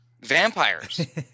vampires